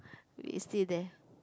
is still there